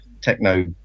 techno